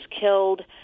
killed